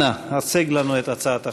אנא, הצג לנו את הצעת החוק.